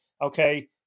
Okay